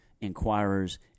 inquirers